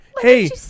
hey